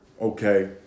Okay